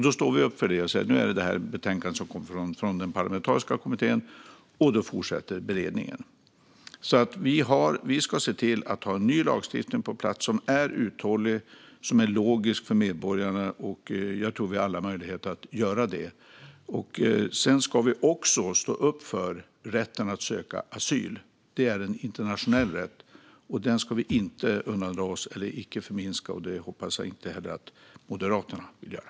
Nu står vi upp för betänkandet och säger att det är det som den parlamentariska kommittén har lagt fram, och då fortsätter beredningen. Vi ska se till att det finns en ny lagstiftning på plats som är uthållig och logisk för medborgarna. Jag tror att vi har alla möjligheter att göra så. Sedan ska vi också stå upp för rätten att söka asyl. Det är en internationell rätt, och den ska vi inte undandra oss eller förminska. Det hoppas jag att inte heller Moderaterna vill göra.